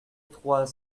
trois